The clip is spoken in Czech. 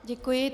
Děkuji.